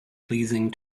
pleasing